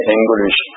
English